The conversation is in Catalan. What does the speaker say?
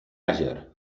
àger